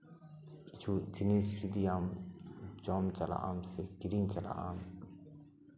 ᱠᱤᱪᱷᱩ ᱡᱤᱱᱤᱥ ᱡᱩᱫᱤ ᱟᱢ ᱡᱚᱢ ᱪᱟᱞᱟᱜ ᱟᱢ ᱥᱮ ᱠᱤᱨᱤᱧ ᱪᱟᱞᱟᱜ ᱟᱢ